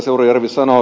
seurujärvi sanoo